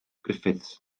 griffiths